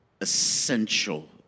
essential